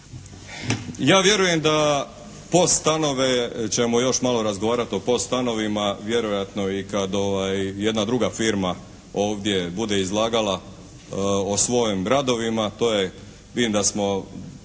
Ja vjerujem da POS stanove ćemo još malo razgovarati o POS stanovima, vjerojatno i kad jedna druga firma ovdje bude izlagala o svojim gradovima, to je, vidim da smo